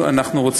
ודיווח),